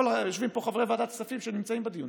יושבים פה אנשי ועדת כספים שנמצאים בדיונים.